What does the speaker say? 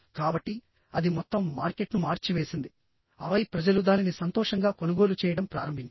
కాబట్టి అది మొత్తం మార్కెట్ను మార్చివేసింది ఆపై ప్రజలు దానిని సంతోషంగా కొనుగోలు చేయడం ప్రారంభించారు